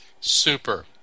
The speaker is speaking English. Super